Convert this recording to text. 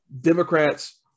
Democrats